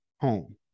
home